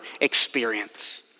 experience